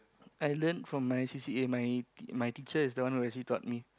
I learned from my c_c_a my my teacher is the one who actually taught me